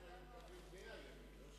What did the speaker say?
מה היה קורה אם היו מקבלים 100 ימים ולא 70?